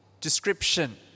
description